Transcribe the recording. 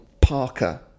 Parker